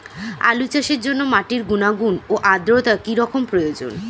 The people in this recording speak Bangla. আলু চাষের জন্য মাটির গুণাগুণ ও আদ্রতা কী রকম প্রয়োজন?